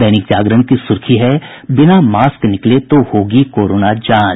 दैनिक जागरण की सुर्खी है बिना मास्क निकले तो होगी कोरोना जांच